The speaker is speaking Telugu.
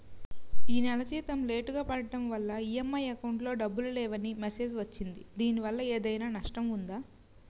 ఈ నెల జీతం లేటుగా పడటం వల్ల ఇ.ఎం.ఐ అకౌంట్ లో డబ్బులు లేవని మెసేజ్ వచ్చిందిదీనివల్ల ఏదైనా నష్టం ఉందా?